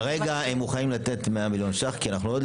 כרגע הם מוכנים לתת 100 מיליון ₪ כי אנחנו עוד לא יודעים כמה יעבור.